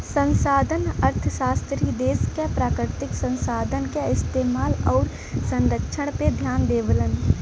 संसाधन अर्थशास्त्री देश क प्राकृतिक संसाधन क इस्तेमाल आउर संरक्षण पे ध्यान देवलन